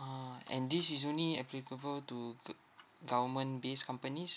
ah and this is only applicable to go~ government based companies